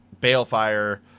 Balefire